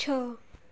छह